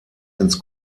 ins